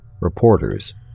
Reporters